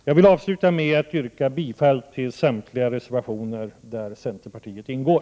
Jag vill avsluta med att yrka bifall till samtliga reservationer där centerpartiet ingår.